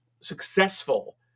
successful